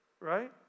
Right